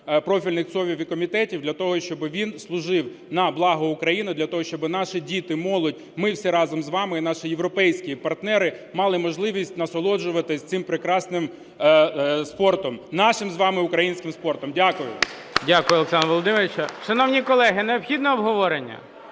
профільних ЦОВВів і комітетів для того, щоб він служив на благо України. Для того, щоб наші діти, молодь, ми всі разом з вами і наші європейські партнери мали можливість насолоджуватися цим прекрасним спортом – нашим з вами українським спортом. Дякую. ГОЛОВУЮЧИЙ. Дякую, Олександре Володимировичу. Шановні колеги, необхідне обговорення?